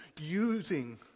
using